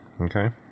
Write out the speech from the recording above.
okay